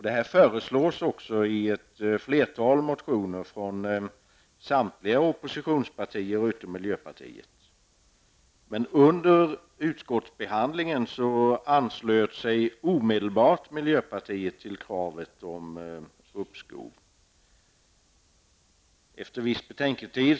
Detta föreslås också i ett flertal motioner från samtliga oppositionspartier utom miljöpartiet. Miljöpartiet anslöt sig dock omedelbart till kravet om uppskov under utskottsbehandlingen.